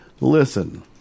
Listen